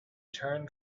turned